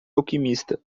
alquimista